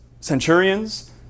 centurions